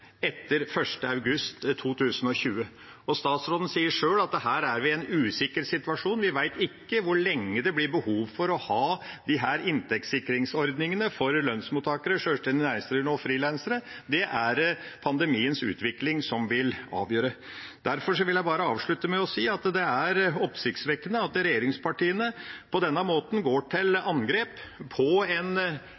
etter 1. august 2020. Statsråden sier sjøl at her er vi i en usikker situasjon, vi vet ikke hvor lenge det blir behov for å ha disse inntektssikringsordningene for lønnsmottakere, sjølstendig næringsdrivende og frilansere. Det er det pandemiens utvikling som vil avgjøre. Derfor vil jeg bare avslutte med å si at det er oppsiktsvekkende at regjeringspartiene på denne måten går til